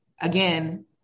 again